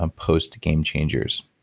um post game changers.